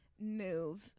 move